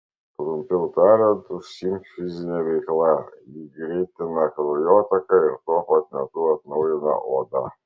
trumpiau tariant užsiimk fizine veikla ji greitina kraujotaką ir tuo pat metu atnaujina odą